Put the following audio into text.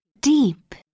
Deep